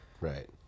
right